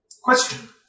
Question